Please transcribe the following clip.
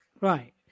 Right